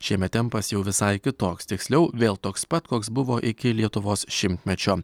šiemet tempas jau visai kitoks tiksliau vėl toks pat koks buvo iki lietuvos šimtmečio